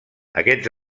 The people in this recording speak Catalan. aquests